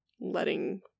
letting